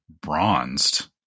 bronzed